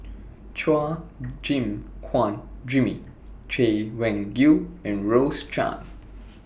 Chua Gim Guan Jimmy Chay Weng Yew and Rose Chan